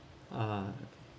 ah